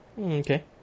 Okay